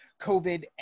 COVID